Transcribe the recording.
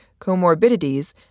comorbidities